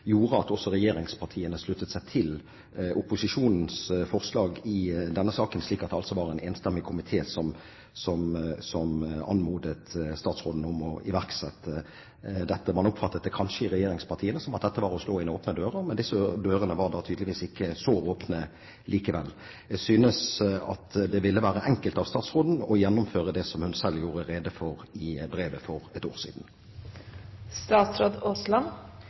gjorde at også regjeringspartiene sluttet seg til opposisjonens forslag i denne saken, slik at det var en enstemmig komité som anmodet stastråden om å iverksette dette. Regjeringspartiene oppfattet det kanskje som om dette var å slå inn åpne dører. Men disse dørene var tydeligvis ikke så åpne likevel. Jeg mener at det ville være enkelt av statsråden å gjennomføre det som hun selv gjorde rede for i brevet for et år